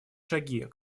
шаги